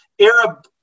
Arab